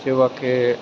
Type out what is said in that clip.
જેવા કે